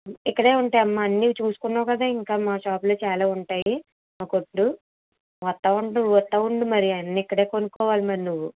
ఇక్కడే ఉంటాయి అమ్మ అని చూసుకున్నావు కదా ఇంకా మా షాప్లో చాలా ఉంటాయి మా కొట్టు వాస్తు ఉండు వాస్తు ఉండు మరి అన్ని ఇక్కడే కొనుక్కోవాలి మరి నువ్వు